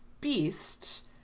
Beast